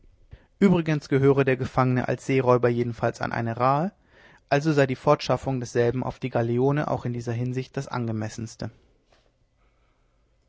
übrigens gehöre der gefangene als seeräuber jedenfalls an eine rahe also sei die fortschaffung desselben auf die galeone auch in dieser hinsicht das angemessenste